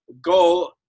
Go